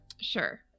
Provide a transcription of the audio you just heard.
Sure